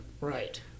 Right